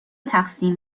تقسیم